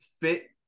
fit